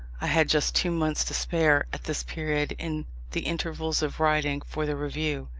i had just two months to spare, at this period, in the intervals of writing for the review.